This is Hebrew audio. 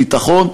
ומקנדה ומאפריקה,